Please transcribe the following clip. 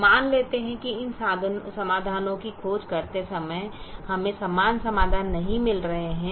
अब मान लेते हैं कि इन समाधानों की खोज करते समय हमें समान समाधान नहीं मिल रहे हैं